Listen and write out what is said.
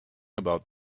about